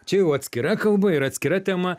čia jau atskira kalba ir atskira tema